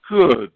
Good